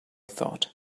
thought